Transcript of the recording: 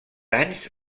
anys